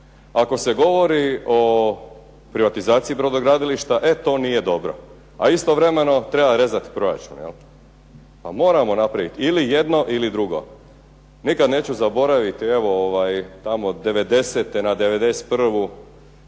Ako se govori o privatizaciji brodogradilišta e to nije dobro, a istovremeno treba rezati proračun pa moramo napraviti ili jedno ili drugo. Nikad neću zaboraviti tamo '90.-te na '91.,